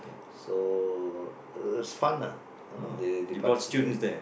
so it's uh fun ah you know they participate